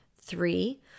Three